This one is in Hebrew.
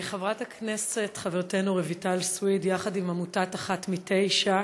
חברת הכנסת חברתנו רויטל סויד ערכה היום יחד עם עמותת אחת מתשע